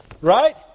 right